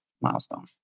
milestone